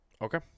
Okay